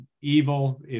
evil